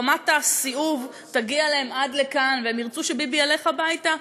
רמת הסיאוב תגיע להם עד לכאן והם ירצו שביבי ילך הביתה,